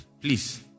please